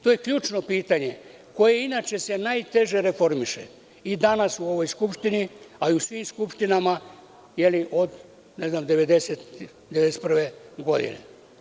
To je ključno pitanje, koje se najteže reformiše, i danas u ovoj skupštini, ali i u svim skupštinama od 1990, 1991. godine.